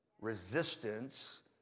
resistance